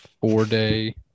four-day